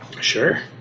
Sure